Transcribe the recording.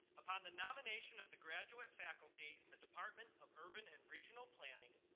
upon the nomination of the graduate faculty in the department of urban and regional planning,